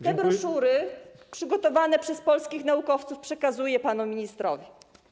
Te broszury, przygotowane przez polskich naukowców, przekazuję panu ministrowi.